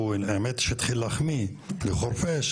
האמת שהוא התחיל להחמיא לחורפיש,